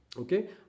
Okay